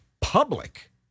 public